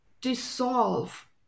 dissolve